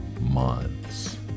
months